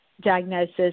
diagnosis